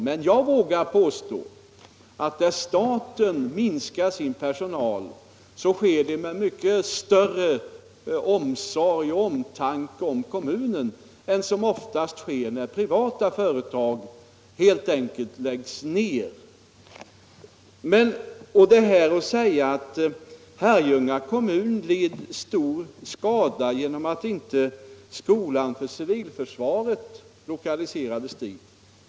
Men jag vågar påstå att när staten minskar sin personal så sker det med mycket stor omsorg och omtanke om kommunen än vad som oftast är fallet när privata företag helt enkelt läggs ned. Det sades här att Herrljunga led stor skada genom att skolan för civilförsvaret inte lokaliserades dit.